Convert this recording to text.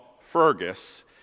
Fergus